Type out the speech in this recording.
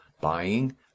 buying